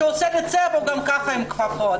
כשהוא עושה צבע, הוא גם ככה עם כפפות.